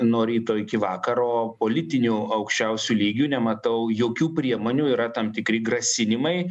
nuo ryto iki vakaro politiniu aukščiausiu lygiu nematau jokių priemonių yra tam tikri grasinimai